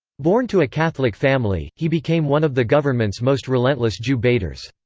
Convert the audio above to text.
born to a catholic family, he became one of the government's most relentless jew-baiters.